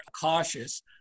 cautious